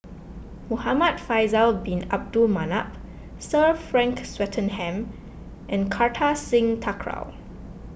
Muhamad Faisal Bin Abdul Manap Sir Frank Swettenham and Kartar Singh Thakral